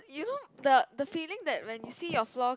you know the the feeling that when you see your floor